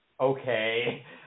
okay